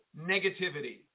negativity